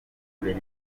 kure